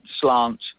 slant